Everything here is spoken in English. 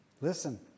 Listen